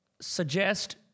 suggest